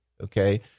okay